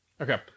Okay